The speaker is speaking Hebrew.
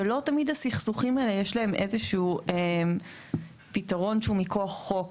שלא תמיד לסכסוכים האלה יש איזשהו פתרון שהוא מכוח חוק,